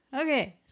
okay